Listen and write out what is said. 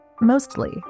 mostly